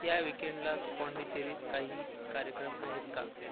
या वीकेंडला पाँडिचेरीत काही कार्यक्रम आहेत का